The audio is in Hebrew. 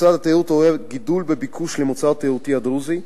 משרד התיירות עורר גידול בביקוש למוצר התיירותי הדרוזי,